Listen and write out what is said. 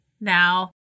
now